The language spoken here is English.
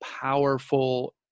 powerful